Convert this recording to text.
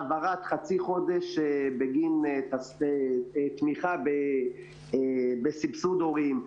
העברת חצי חודש בגין כספי תמיכה בסבסוד הורים.